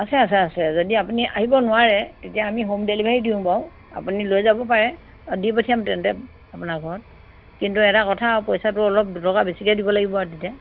আছে আছে আছে যদি আপুনি আহিব নোৱাৰে তেতিয়া আমি হোম ডেলিভাৰী দিওঁ বাৰু আপুনি লৈ যাব পাৰে দি পঠিয়াম তেন্তে আপোনাৰ ঘৰত কিন্তু এটা কথা পইচাটো অলপ দুটকা বেছিকৈ দিব লাগিব আৰু তেতিয়া